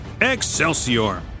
Excelsior